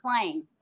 playing